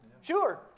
Sure